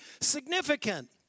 significant